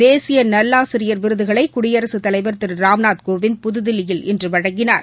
தேசிய நல்லாசிரியர் விருதுகளை குடியரசுத் தலைவர் திரு ராம்நாத் கோவிந்த் புதுதில்லியில் இன்று வழங்கினார்